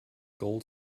gold